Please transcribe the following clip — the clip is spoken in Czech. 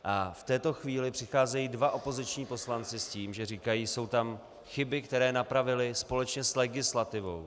A v této chvíli přicházejí dva opoziční poslanci s tím, že říkají jsou tam chyby, které napravili společně s legislativou.